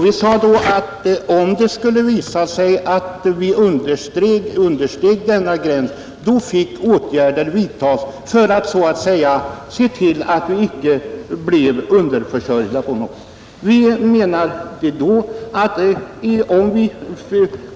Vi sade att om produktionen underskred denna gräns fick åtgärder vidtas för att vi så att säga icke skulle bli underförsörjda.